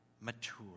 mature